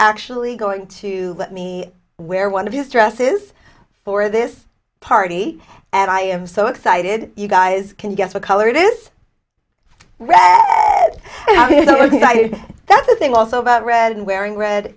actually going to let me wear one of his dresses for this party and i am so excited you guys can guess what color it is that's the thing also about red and wearing red